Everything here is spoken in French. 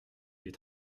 les